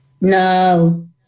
No